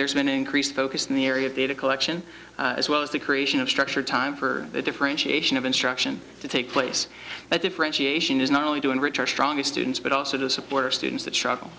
there's been increased focus in the area of data collection as well as the creation of structured time for the differentiation of instruction to take place but differentiation is not only doing return stronger students but also the support of students the trouble